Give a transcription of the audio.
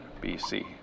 BC